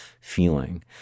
feeling